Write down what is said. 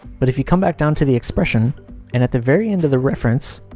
but if you come back down to the expression and at the very end of the reference,